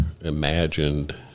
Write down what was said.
imagined